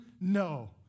No